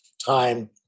Time